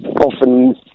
often